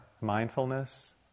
mindfulness